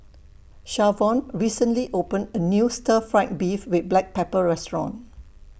Shavon recently opened A New Stir Fried Beef with Black Pepper Restaurant